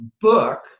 book